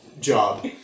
job